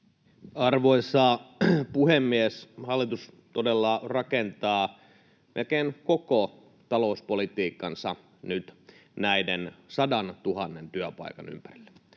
Arvoisa puhemies! Hallitus todella rakentaa melkein koko talouspolitiikkansa nyt näiden 100 000 työpaikan ympärille,